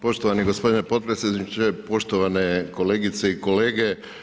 Poštovani gospodine potpredsjedniče, poštovane kolegice i kolege.